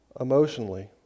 emotionally